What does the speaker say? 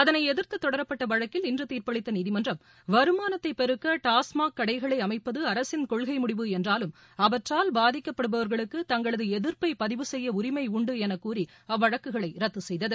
அதனை எதிர்த்து தொடரப்பட்ட வழக்கில் இன்று தீர்ப்பளித்த நீதிமன்றம் வருமானத்தை பெருக்க டாஸ்மாக் கடைகளை அமைப்பது அரசின் கொள்கை முடிவு என்றாலும் அவற்றால் பாதிக்கப்படுபவர்களுக்கு தங்களது எதிர்ப்பை பதிவு செய்ய உரிமை உண்டு எனக்கூறி அவ்வழக்குகளை ரத்து செய்தது